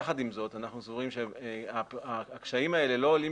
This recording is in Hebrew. יחד עם זאת אנחנו סבורים שהקשיים האלה לא עולים